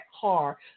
car